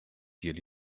yearly